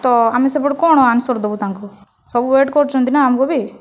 ତ' ଆମେ ସେପଟୁ କଣ ଆନ୍ସର୍ ଦେବୁ ତାଙ୍କୁ ସବୁ ୱେଟ୍ କରୁଛନ୍ତି ନା ଆମକୁ ବି